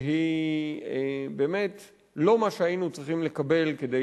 שהיא באמת לא מה שהיינו צריכים לקבל כדי